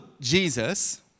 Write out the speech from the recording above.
Jesus